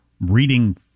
reading